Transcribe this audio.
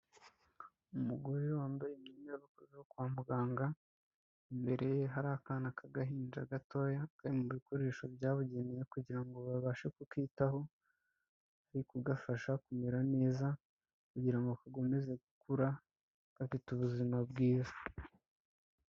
Umugore wambaye imyenda y'abakozi bo kwa muganga, imbere ye hari akana k'agahinja gatoya, kari mu bikoresho byabugenewe kugira ngo babashe kukitaho, bari kugafasha kumera neza kugira ngo gakomeze gukura gafite ubuzima bwiza.